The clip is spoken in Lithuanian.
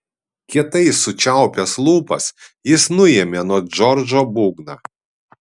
kietai sučiaupęs lūpas jis nuėmė nuo džordžo būgną